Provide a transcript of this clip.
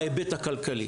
בהיבט הכלכלי.